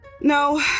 No